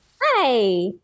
Hi